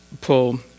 pull